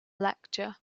lecture